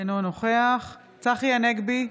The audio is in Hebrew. אינו נוכח צחי הנגבי,